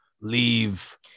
Leave